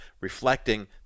reflecting